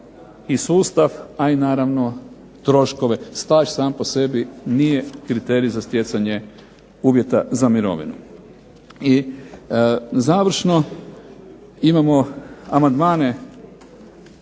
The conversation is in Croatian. i sustav a i troškove. Staž sam po sebi nije kriterij za stjecanje uvjeta za mirovinu. I završno, imamo amandmane